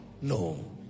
No